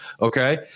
Okay